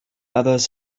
others